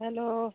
hello